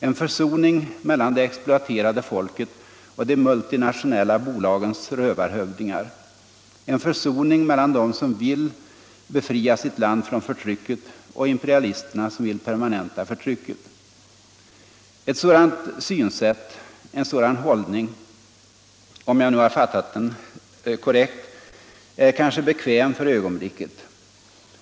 En försoning mellan det exploaterade folket och de multinationella bolagens rövarhövdingar! En försoning mellan dem som vill befria sitt land från förtrycket och imperialisterna, som vill permanenta förtrycket! Ett sådant synsätt, en sådan hållning - om jag nu har fattat den korrekt — är kanske bekväm för ögonblicket.